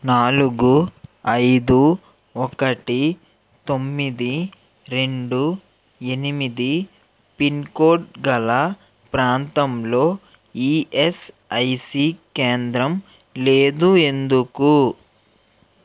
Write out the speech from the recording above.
నాలుగు ఐదు ఒకటి తొమ్మిది రెండు ఎనిమిది పిన్కోడ్ గల ప్రాంతంలో ఈఎస్ఐసి కేంద్రం లేదు ఎందుకు